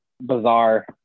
bizarre